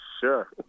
Sure